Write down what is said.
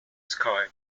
sky